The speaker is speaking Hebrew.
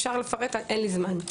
אפשר לפרט אבל אין לי זמן.